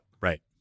Right